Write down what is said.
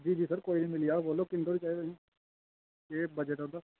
जी जी सर कोई नी मिली जाह्ग बोलो किन्ने धोड़ी चाहिदे न केह् बजट ऐ तुं'दा